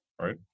Right